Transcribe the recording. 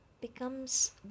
becomes